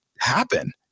happen